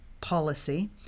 policy